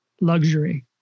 luxury